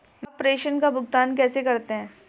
आप प्रेषण का भुगतान कैसे करते हैं?